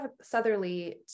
Southerly